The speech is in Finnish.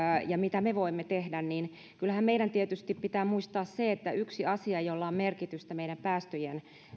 siihen mitä me voimme tehdä niin kyllähän meidän tietysti pitää muistaa se että yksi asia jolla on merkitystä meidän päästöjemme